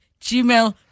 gmail